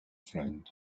friend